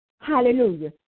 Hallelujah